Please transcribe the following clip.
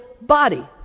body